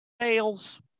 sales